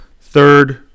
Third